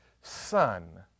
son